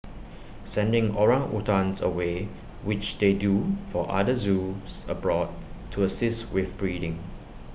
sending orangutans away which they do for other zoos abroad to assist with breeding